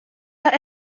are